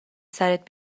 سرت